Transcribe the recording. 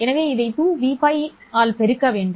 எனவே இதை 2Vπ by ஆல் பெருக்க வேண்டும்